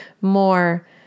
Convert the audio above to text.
more